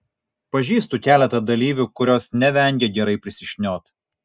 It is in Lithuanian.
pažįstu keletą dalyvių kurios nevengia gerai prisišniot